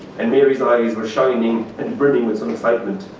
and mary's eyes were shining and burning with some excitement.